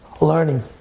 Learning